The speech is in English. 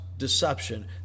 deception